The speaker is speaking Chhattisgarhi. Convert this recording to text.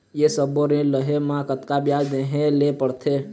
ये सब्बो ऋण लहे मा कतका ब्याज देहें ले पड़ते?